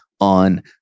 on